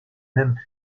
même